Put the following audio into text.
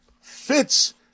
fits